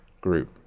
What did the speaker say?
group